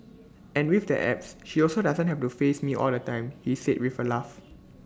and with the apps she also doesn't have to face me all the time he said with A laugh